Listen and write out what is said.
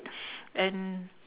and